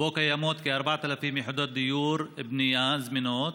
וקיימות בו כ-4,000 יחידות דיור בנייה זמינות